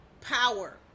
power